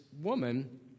woman